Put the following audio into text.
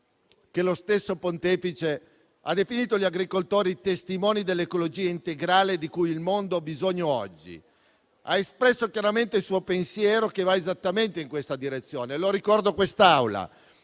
che lo stesso Pontefice ha definito gli agricoltori testimoni dell'ecologia integrale di cui il mondo ha bisogno oggi. Ha espresso chiaramente il suo pensiero, che va esattamente in questa direzione. Lo ricordo a quest'Aula: